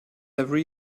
every